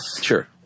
Sure